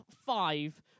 five